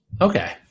Okay